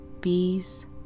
bees